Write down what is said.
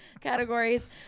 categories